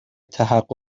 تحقق